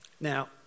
Now